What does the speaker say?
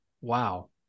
wow